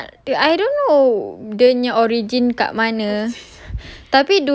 tak ingat I don't know dia punya origin kat mana